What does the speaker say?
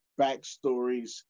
backstories